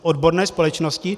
Odborné společnosti?